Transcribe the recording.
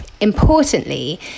Importantly